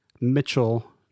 Mitchell